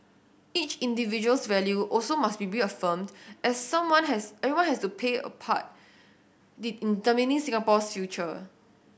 each individual's value also must be reaffirmed as someone has everyone has to pay a part the in determining Singapore's future